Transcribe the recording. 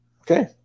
Okay